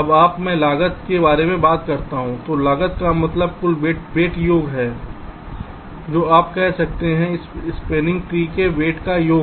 अब जब मैं लागत के बारे में बात करता हूं तो लागत का मतलब कुल वेट योग है जो आप कह सकते हैं इस स्पॅनिंग ट्री के वेट का योग